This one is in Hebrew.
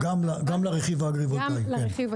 גם לרכיב האגרי-וולטאי.